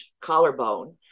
collarbone